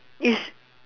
is